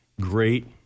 Great